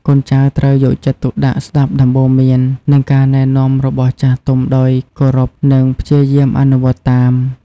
កូនចៅត្រូវ យកចិត្តទុកដាក់ស្ដាប់ដំបូន្មាន និងការណែនាំរបស់ចាស់ទុំដោយគោរព និងព្យាយាមអនុវត្តតាម។